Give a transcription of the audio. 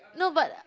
no but